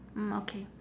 mm okay